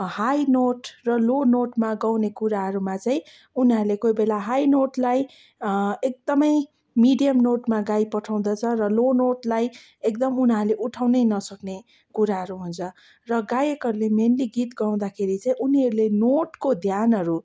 high note र low नोटमा गाउने कुराहरूमा चाहिँ उनीहरूले कोही बेला हाई नोटलाई चाहिँ एकदमै मिडियम नोटमा गाइपठाउँदछ र लो नोटलाई एकदमै उनीहरूले उठाउनै नसक्ने कुराहरू हुन्छ र गायकहरूले मेनली गीत गाउँदाखेरि चाहिँ उनीहरूले नोटको ध्यानहरू